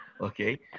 Okay